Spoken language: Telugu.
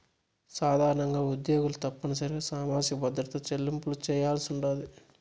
సాధారణంగా ఉద్యోగులు తప్పనిసరిగా సామాజిక భద్రత చెల్లింపులు చేయాల్సుండాది